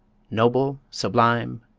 noble, sublime,